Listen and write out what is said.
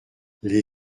les